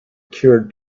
cured